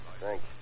Thanks